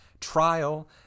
trial